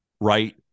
right